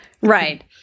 Right